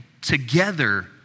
together